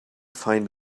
find